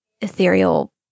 ethereal